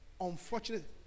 unfortunately